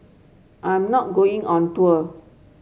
I'm not going on tour